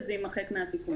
וזה יימחק מהתיקון.